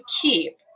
keep